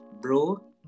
bro